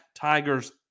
Tigers